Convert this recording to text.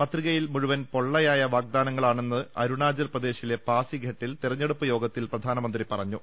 പത്രികയിൽ മുഴുവൻ പൊള്ളയായ വാഗ്ദാനങ്ങളാണെന്ന് അരു ണാചൽ പ്രദേശിലെ പാസിഘട്ടിൽ തെരഞ്ഞെടുപ്പ് യോഗത്തിൽ പ്രധാനമന്ത്രി പറഞ്ഞു